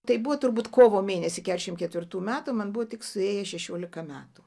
tai buvo turbūt kovo mėnesį keturiasdešimt ketvirtų metų man buvo tik suėję šešiolika metų